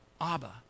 Abba